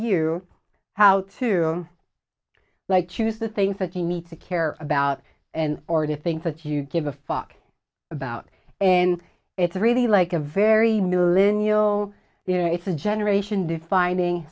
you how to like choose the things that you need to care about and or the things that you give a fuck about and it's really like a very millon you know it's a generation defining